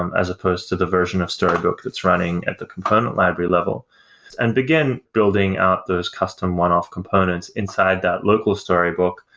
um as opposed to the version of storybook that's running at the component library level and begin building out those custom one-off components inside that local storybook,